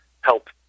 help